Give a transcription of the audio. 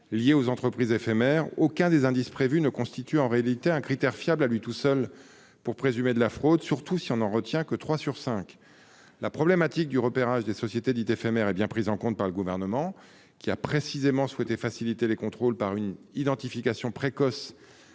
liées aux entreprises éphémères. Aucun des indices prévus ne constitue en réalité un critère fiable, à lui seul, pour présumer de la fraude, surtout si l'on n'en retient que trois sur cinq. La problématique du repérage des sociétés dites « éphémères » est bien prise en compte par le Gouvernement qui, précisément, a souhaité faciliter les contrôles par une identification précoce